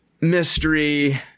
mystery